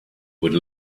would